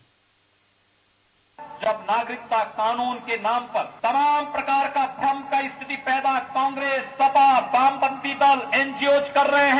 bite जब पाकिस्तान कानून के नाम पर तमाम प्रकार की भ्रम की स्थिति पैदा कांग्रेस सपा वामपंथी दल एनजीओ कर रहे है